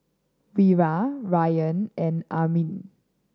Wira Ryan and Amrin